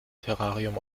terrarium